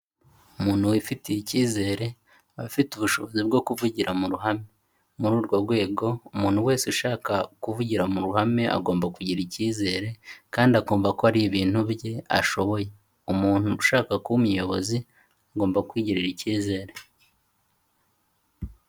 Umuntu wifitiye icyizere, aba afite ubushobozi bwo kuvugira mu ruhame, muri urwo rwego umuntu wese ushaka kuvugira mu ruhame, agomba kugira icyizere kandi akumva ko ari ibintu bye ashoboye. Umuntu ushaka kuba umuyobozi, agomba kwigirira icyizere.